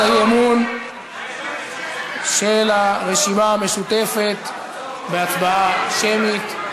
האי-אמון של הרשימה המשותפת בהצבעה שמית.